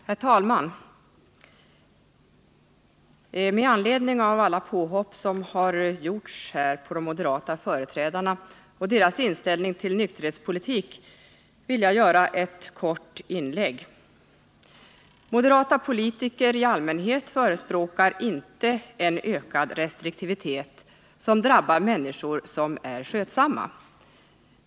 Herr talman! Med anledning av alla påhopp som har gjorts här på de moderata företrädarna och deras inställning till nykterhetspolitik vill jag göra ett kort inlägg. Den moderata politiken i allmänhet förespråkar inte en ökad restriktivitet som drabbar människor som är skötsamma.